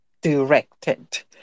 directed